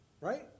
right